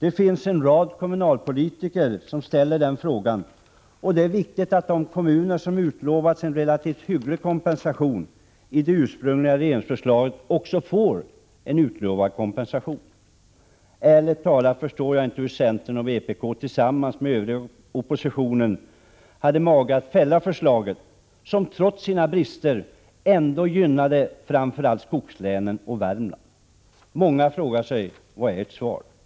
En rad kommunalpolitiker ställer den frågan, och det är viktigt att de kommuner som i det ursprungliga regeringsförslaget utlovats en relativt hygglig kompensation också får en sådan. Ärligt talat förstår jag inte hur centern och vpk tillsammans med den övriga oppositionen kunde ha mage att fälla förslaget, som trots sina brister ändå gynnade framför allt skogslänen och Värmland. Många frågar sig hur ni kunde göra detta. Vad är ert svar?